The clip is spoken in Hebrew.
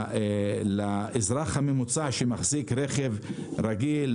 לאזרח הממוצע שמחזיק רכב רגיל,